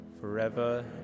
forever